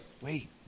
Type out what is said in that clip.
Wait